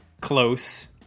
Close